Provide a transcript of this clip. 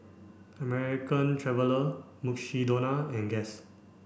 American Traveller Mukshidonna and Guess